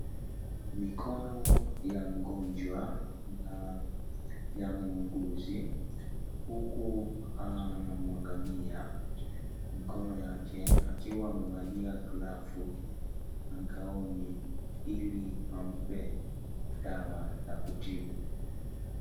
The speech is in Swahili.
Mikono ya mgonjwa na ya muuguzi, huku anamwangalia mikono yake akiwa amevalia glavu na gauni ili ampe dawa ya kutibu.